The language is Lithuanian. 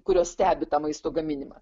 kurios stebi tą maisto gaminimą